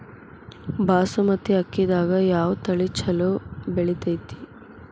ಬಾಸುಮತಿ ಅಕ್ಕಿದಾಗ ಯಾವ ತಳಿ ಛಲೋ ಬೆಳಿತೈತಿ?